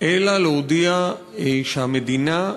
מלהודיע שהמדינה,